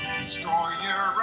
destroyer